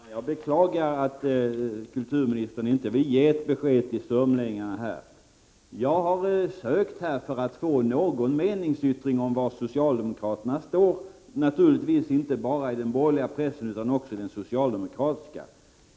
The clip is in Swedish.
Fru talman! Jag beklagar att kulturministern inte vill ge ett besked till sörmlänningarna. 119 För att få någon meningsyttring beträffande var socialdemokraterna står har jag sökt inte bara i den borgerliga pressen utan naturligtvis också i den socialdemokratiska.